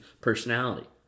personality